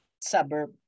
suburb